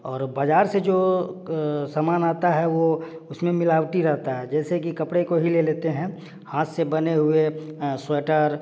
और बजार से जो सामान आता है वो उस में मिलावट रहता है जैसे कि कपड़े को ही ले लेते हैं हाथ से बने हुए स्वेटर